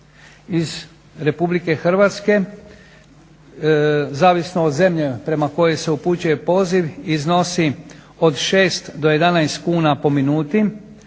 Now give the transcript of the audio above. iz Republike Hrvatske zavisno od zemlje prema kojoj se upućuje poziv iznosi od 6 do 11 kuna po minuti,